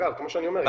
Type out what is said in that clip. כמו שאני אומר,